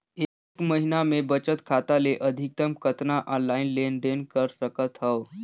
एक महीना मे बचत खाता ले अधिकतम कतना ऑनलाइन लेन देन कर सकत हव?